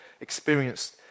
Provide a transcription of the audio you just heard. experienced